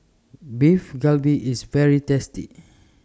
Beef Galbi IS very tasty